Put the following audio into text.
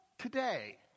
Today